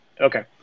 okay